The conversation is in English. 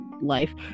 life